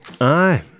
Aye